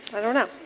i don't know.